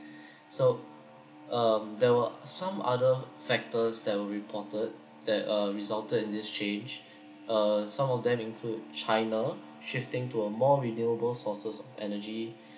so um there were some other factors that were reported that uh resulted in this change uh some of them include china shifting to a more renewable sources energy